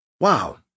Wow